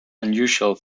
unusual